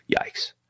Yikes